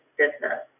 business